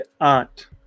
aunt